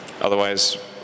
Otherwise